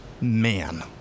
Man